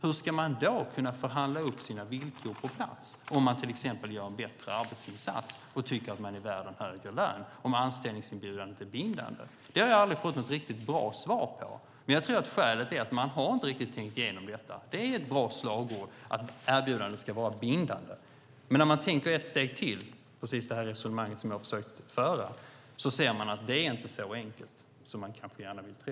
Hur ska man då kunna förhandla upp sina villkor på plats, om man till exempel gör en bättre arbetsinsats och tycker att man är värd en högre lön, om anställningserbjudandet är bindande? Det har jag aldrig fått något riktigt bra svar på. Jag tror att skälet är att man inte har tänkt igenom detta. Det är ett bra slagord att erbjudandet ska vara bindande, men om man tänker ett steg till - precis det resonemang som jag har försökt föra - ser man att det inte är så enkelt som man kanske gärna vill tro.